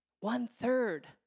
one-third